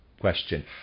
Question